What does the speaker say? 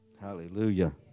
Hallelujah